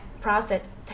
process